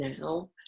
now